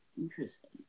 interesting